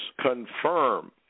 confirm